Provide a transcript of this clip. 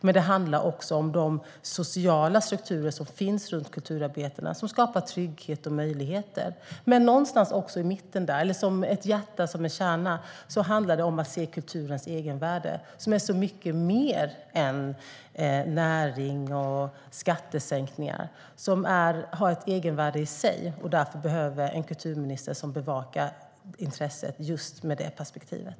Men det handlar också om de sociala strukturer som finns runt kulturarbetarna som skapar trygghet och möjligheter. Någonstans i mitten, som ett hjärta eller en kärna, handlar det också om att se kulturens egenvärde, som är så mycket mer än näring och skattesänkningar och som har ett egenvärde i sig och därför behöver en kulturminister som bevakar intressen med just det perspektivet.